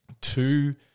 two